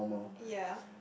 ya